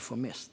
får mest?